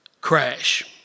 crash